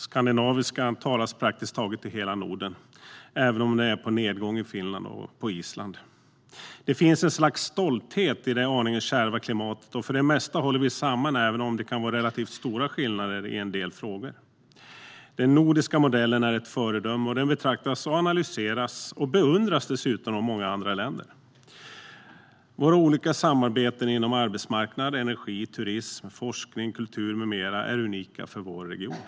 Skandinaviskan talas praktiskt taget i hela Norden, även om den är på nedgång i Finland och på Island. Det finns ett slags stolthet i det aningen kärva klimatet, och för det mesta håller vi samman även om det kan vara relativt stora skillnader i en del frågor. Den nordiska modellen är ett föredöme, och den betraktas, analyseras och beundras dessutom av många andra länder. Våra olika samarbeten inom arbetsmarknad, energi, turism, forskning, kultur med mera är unika för vår region.